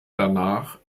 danach